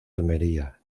almería